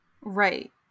Right